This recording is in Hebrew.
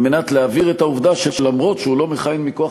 כדי להבהיר את העובדה שאף שהוא לא מכהן מכוח